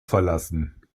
verlassen